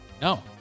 No